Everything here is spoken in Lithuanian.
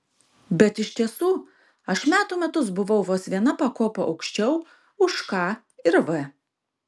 bet iš tiesų aš metų metus buvau vos viena pakopa aukščiau už k ir v